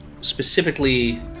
specifically